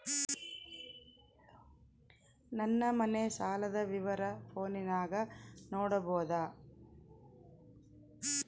ನನ್ನ ಮನೆ ಸಾಲದ ವಿವರ ಫೋನಿನಾಗ ನೋಡಬೊದ?